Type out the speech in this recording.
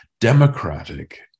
democratic